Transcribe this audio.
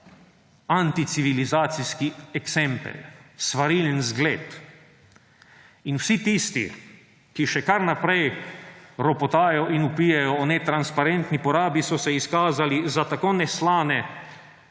anticivilizacijski eksempel, svarilen zgled. In vsi tisti, ki še kar naprej ropotajo in vpijejo o netransparentni porabi, so se izkazali za tako neslane,